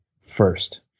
first